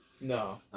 No